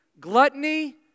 gluttony